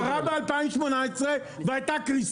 מה שאתה מציע עכשיו קרה ב-2018 והייתה קריסה.